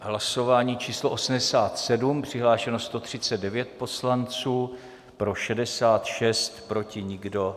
Hlasování číslo 87, přihlášeno 139 poslanců, pro 66, proti nikdo.